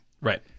Right